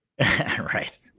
Right